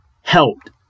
helped